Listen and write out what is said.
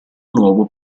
nuovo